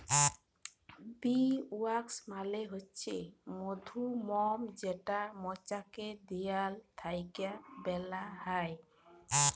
bee wax মালে হছে মধুমম যেটা মচাকের দিয়াল থ্যাইকে বালাল হ্যয়